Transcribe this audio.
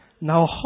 Now